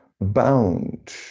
bound